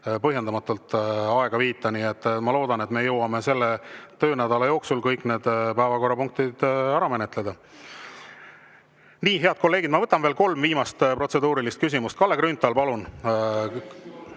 põhjendamatult aega viita. Ma loodan, et me jõuame selle töönädala jooksul kõik need päevakorrapunktid ära menetleda. Nii, head kolleegid, ma võtan veel kolm viimast protseduurilist küsimust. Kalle Grünthal, palun,